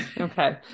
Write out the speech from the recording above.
Okay